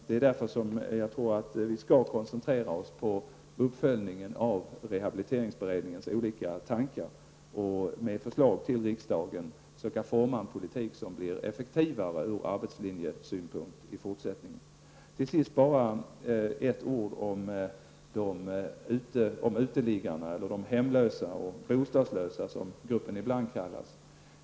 Det är därför som vi skall koncentrera oss på uppföljningen av rehabiliteringsberedningens olika tankar med förslag till riksdagen som kan forma en politik som i fortsättningen blir effektivare ur arbetslinjens synpunkt. Till sist ett ord om uteliggarna, dvs. de hemlösa och bostadslösa som gruppen ibland kallas.